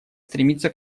стремится